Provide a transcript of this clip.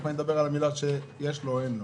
אני אדבר על המילה שיש לו או אין לו.